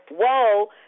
Whoa